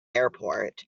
airport